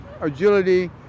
agility